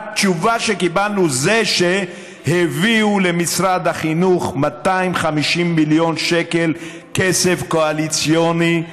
התשובה שקיבלנו זה שהביאו למשרד החינוך 250 מיליון שקל כסף קואליציוני,